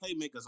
playmakers